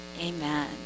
Amen